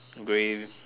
grey